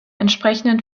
entsprechenden